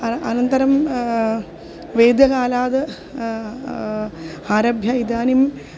अन अनन्तरं वेदकालाद् आरभ्य इदानीम्